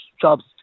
jobs